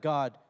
God